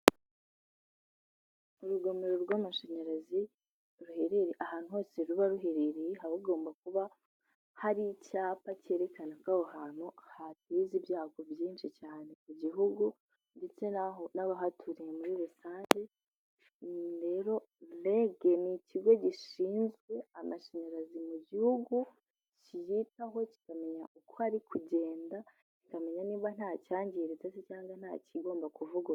urugomero rw'amashanyarazi ruherereye ahantu hose ruba ruherereye habagomba kuba hari icyapa cyerekana ko aho hantu hateze ibyago byinshi cyane ku gihugu, ndetse naho n'abahaturiye muri rusange, rero REG ni ikigo gishinzwe amashanyarazi mu gihugu kiyitaho, kikamenya uko ari kugenda kikamenya niba nta cyangiritse cyangwa se nta kigomba kuvugururwa.